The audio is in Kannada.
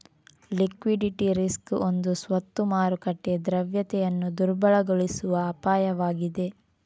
ಲಿಕ್ವಿಡಿಟಿ ರಿಸ್ಕ್ ಒಂದು ಸ್ವತ್ತು ಮಾರುಕಟ್ಟೆ ದ್ರವ್ಯತೆಯನ್ನು ದುರ್ಬಲಗೊಳಿಸುವ ಅಪಾಯವಾಗಿದೆ